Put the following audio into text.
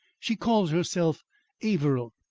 she calls herself averill,